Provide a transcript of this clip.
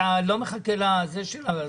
אתה לא מחכה לתשובות?